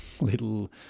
little